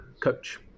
coach